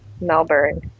Melbourne